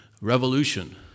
revolution